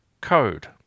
Code